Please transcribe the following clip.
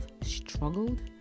struggled